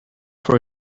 for